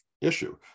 issue